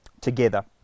together